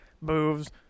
moves